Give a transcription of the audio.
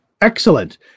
Excellent